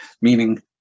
meaning